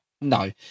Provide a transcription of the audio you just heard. No